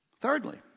Thirdly